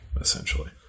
essentially